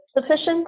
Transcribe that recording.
sufficient